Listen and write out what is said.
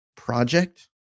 project